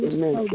Amen